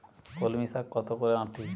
কলমি শাখ কত করে আঁটি?